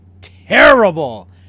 terrible